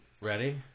Ready